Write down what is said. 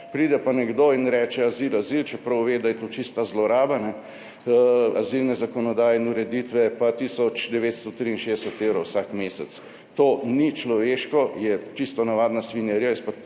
pride pa nekdo in reče azil, azil, čeprav ve, da je to čista zloraba azilne zakonodaje in ureditve, pa [prejme] tisoč 963 evrov vsak mesec. To ni človeško, je čisto navadna svinjarija.